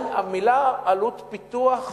"עלות פיתוח"